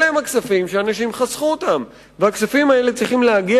אלה הכספים שאנשים חסכו והם צריכים להגיע